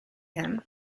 him